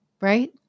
right